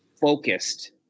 focused